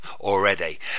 already